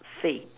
say